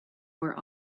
were